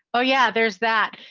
oh yeah, there's that.